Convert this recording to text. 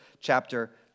chapter